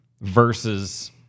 versus